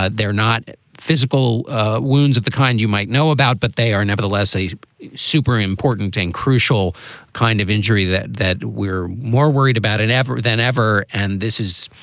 ah they're not physical wounds of the kind you might know about, but they are nevertheless a super important and crucial kind of injury that that we're more worried about in ever than ever. and this is,